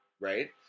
right